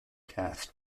cast